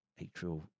atrial